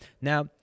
Now